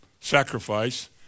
sacrifice